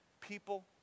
people